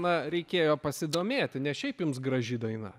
na reikėjo pasidomėti ne šiaip jums graži daina